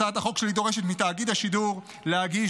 הצעת החוק שלי דורשת מתאגיד השידור להגיש